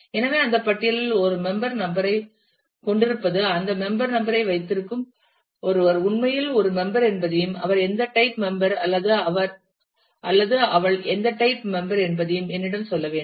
எனவே அந்த பட்டியலில் ஒரு மெம்பர் நம்பர் ஐகொண்டிருப்பது அந்த மெம்பர் நம்பர் ஐவைத்திருக்கும் ஒருவர் உண்மையில் ஒரு மெம்பர் என்பதையும் அவர் எந்த டைப் மெம்பர் அல்லது அவர் அல்லது அவள் எந்த டைப் மெம்பர் என்பதையும் என்னிடம் சொல்ல வேண்டும்